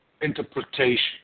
interpretation